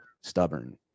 stubborn